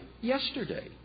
yesterday